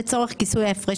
לצורך כיסוי ההפרש